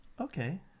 Okay